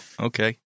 Okay